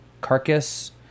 Carcass